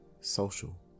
social